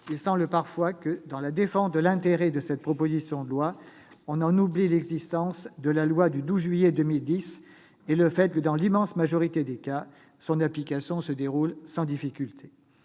Il semble parfois que, dans la défense de l'intérêt de cette proposition de loi, on en vienne à oublier l'existence de la loi du 12 juillet 2010 et le fait que, dans l'immense majorité des cas, elle s'applique sans difficulté.